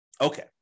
Okay